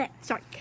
sorry